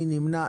מי נמנע?